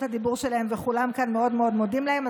הדיבור שלהם וכולם כאן מאוד מאוד מודים להם,